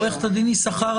אבל עורכת דין יששכר,